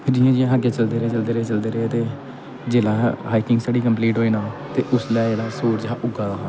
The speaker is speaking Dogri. जियां जियां आहें अग्गें चलदे गे चलदे रेह् चलदे रेह् जिसलै हाइकिंग साढ़ी कम्पलिट होई ना उसलै जेह्ड़ा सूरज हा ओह् डुब्बा दा हा